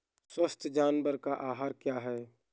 स्वस्थ जानवर का आहार क्या है?